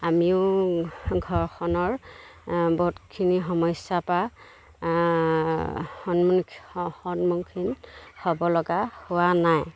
আমিও ঘৰখনৰ বহুতখিনি সমস্যাৰপৰা সন্মুখীন হ'ব লগা হোৱা নাই